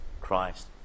Christ